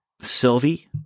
Sylvie